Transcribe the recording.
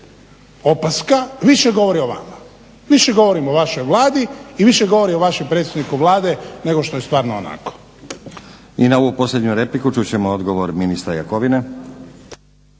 opaska više govori o vama, više govori o vašoj Vladi i više govori o vašem predsjedniku Vlade nego što je stvarno onako. **Stazić, Nenad (SDP)** I na ovu posljednju repliku čut ćemo odgovor ministra Jakovine.